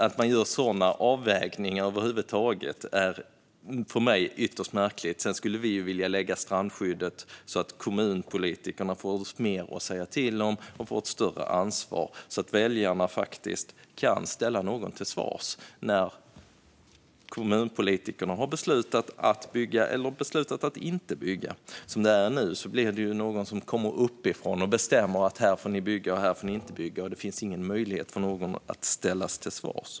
Att sådana avvägningar över huvud taget görs är för mig ytterst märkligt. Sedan skulle vi vilja lägga strandskyddet så att kommunpolitikerna får mer att säga till om och ett större ansvar, så att väljarna faktiskt kan ställa någon tills svars när kommunpolitikerna har beslutat att bygga eller beslutat att inte bygga. Som det är nu blir det ju någon som kommer uppifrån och bestämmer var man får bygga och inte, och det finns ingen möjlighet att ställa någon till svars.